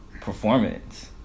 performance